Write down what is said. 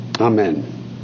Amen